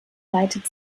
weitet